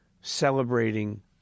celebrating